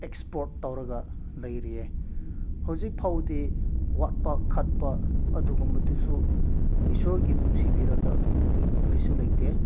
export ꯇꯧꯔꯒ ꯂꯩꯔꯤꯌꯦ ꯍꯧꯖꯤꯛꯐꯥꯎꯗꯤ ꯋꯥꯠꯄ ꯈꯣꯠꯄ ꯑꯗꯨꯒꯨꯝꯕꯗꯨꯁꯨ ꯏꯁꯣꯔꯒꯤ ꯅꯨꯡꯁꯤꯕꯤꯔꯒ ꯑꯗꯨꯝꯕꯗꯤ ꯀꯔꯤꯁꯨ ꯂꯩꯇꯦ